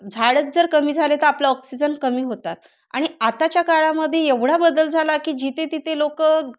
झाडच जर कमी झाले तर आपलं ऑक्सिजन कमी होतात आणि आताच्या काळामध्ये एवढा बदल झाला की जिथे तिथे लोक